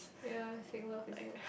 yea fake love is it